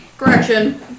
Correction